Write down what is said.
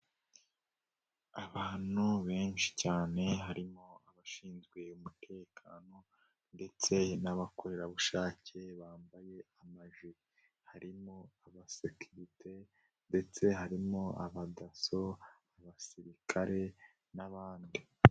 Abantu benshi cyane harimo abashinzwe umutekano, ndetse n'abakorerabushake bambaye amajire harimo abasekirite ndetse harimo abadaso, abasirikare n'abandi.